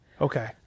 Okay